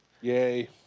Yay